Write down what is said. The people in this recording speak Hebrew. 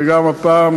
וגם הפעם,